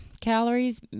calories